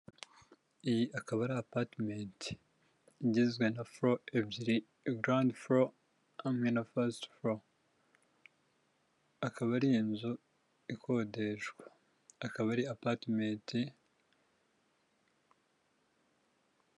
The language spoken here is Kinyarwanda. Iyi akaba ari apatimenti, igizwe na foro ebyiri garandi foro hamwe na fasite furo, akaba ari inzu ikodeshwa, akaba ari apatimenti...